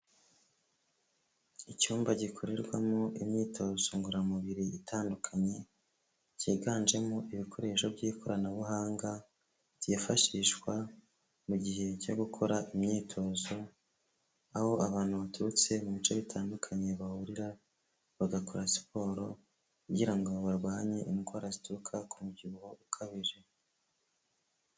Icyumba gikorerwamo imyitozo ngororamubiri itandukanye, cyiganjemo ibikoresho by'ikoranabuhanga, byifashishwa mu gihe cyo gukora imyitozo, aho abantu baturutse mu bice bitandukanye bahurira bagakora siporo kugira ngo barwanye indwara zituruka ku mubyibuho ukabije.